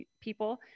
people